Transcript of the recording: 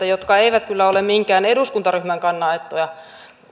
jotka eivät kyllä ole minkään eduskuntaryhmän kannanottoja